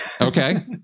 Okay